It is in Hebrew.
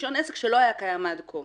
רישיון עסק שלא היה קיים עד כה.